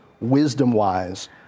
wisdom-wise